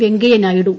Venkaiah Naidu